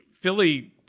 Philly